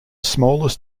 smallest